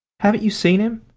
haven't you seen him?